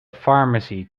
pharmacy